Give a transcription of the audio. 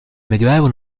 medioevo